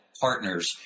partners